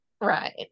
Right